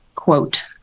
quote